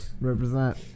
represent